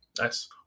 Nice